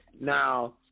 now